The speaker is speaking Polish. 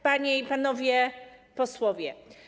Panie i Panowie Posłowie!